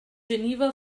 geneva